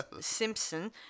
Simpson